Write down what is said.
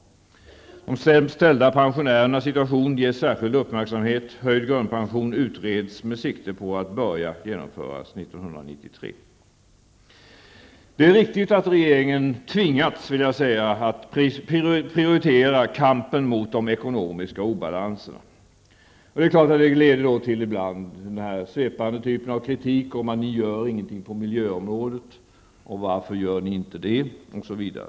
De sämst ställda pensionärernas situation ges särskild uppmärksamhet. Höjd grundpension utreds med sikte på att börja genomföras 1993. Det är riktigt att regeringen tvingats att prioritera kampen mot de ekonomiska obalanserna. Det leder naturligtvis ibland till den svepande typen av kritik om att ni gör ingenting på miljöområdet, varför gör ni inte det?